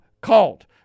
cult